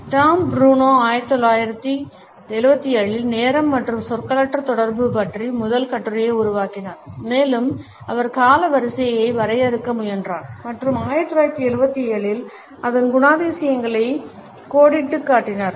Tom Bruno 1974 இல் நேரம் மற்றும் சொற்களற்ற தொடர்பு பற்றிய முதல் கட்டுரையை உருவாக்கினார் மேலும் அவர் காலவரிசைகளை வரையறுக்க முயன்றார் மற்றும் 1977 இல் அதன் குணாதிசயங்களை கோடிட்டுக் காட்டினார்